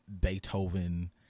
Beethoven